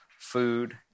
food